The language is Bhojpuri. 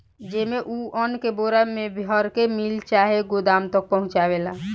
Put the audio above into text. जेइमे, उ अन्न के बोरा मे भर के मिल चाहे गोदाम तक पहुचावेला